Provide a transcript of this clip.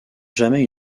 jamais